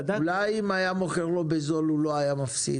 אולי אם היה מוכר לו בזול הוא לא היה מפסיד?